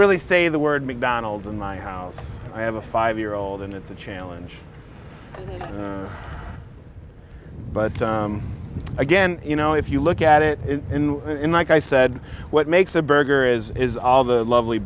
really say the word mcdonald's in my house i have a five year old and it's a challenge but again you know if you look at it and like i said what makes a burger is is all the lovely